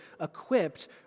equipped